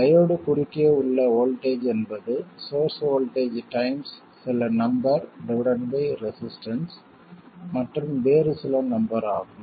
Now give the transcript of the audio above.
diode குறுக்கே உள்ள voltage என்பது சோர்ஸ் வோல்ட்டேஜ் டைம்ஸ் சில நம்பர் டிவைடட் பை ரெசிஸ்டன்ஸ் மற்றும் வேறு சில நம்பர் ஆகும்